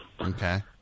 Okay